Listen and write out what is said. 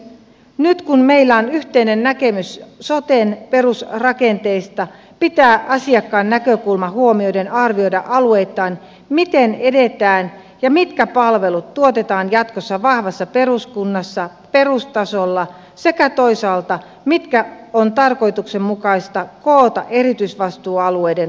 nyt kun meillä on yhteinen näkemys soten perusrakenteista pitää asiakkaan näkökulma huomioiden arvioida alueittain miten edetään ja mitkä palvelut tuotetaan jatkossa vahvassa peruskunnassa perustasolla sekä toisaalta mitkä on tarkoituksenmukaista koota erityisvastuualueiden tuottamisvastuulle